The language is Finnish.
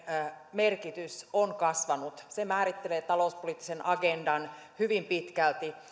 merkitys on kasvanut se määrittelee talouspoliittisen agendan hyvin pitkälti